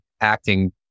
acting